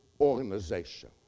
organization